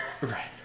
Right